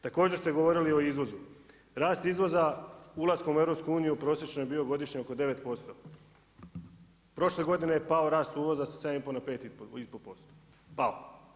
Također ste govorili o izvozu, rast izvoza ulaskom u EU prosječno je bio godišnje oko 9%, prošle godine je pao rast uvoza sa 7,5 na 5,5% pao.